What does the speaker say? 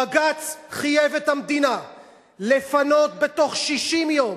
בג"ץ חייב את המדינה לפנות בתוך 60 יום,